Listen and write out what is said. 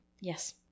Yes